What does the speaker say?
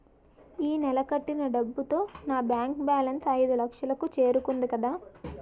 ఈ నెల కట్టిన డబ్బుతో నా బ్యాంకు బేలన్స్ ఐదులక్షలు కు చేరుకుంది కదా